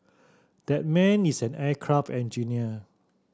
that man is an aircraft engineer